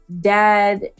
dad